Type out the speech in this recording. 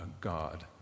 God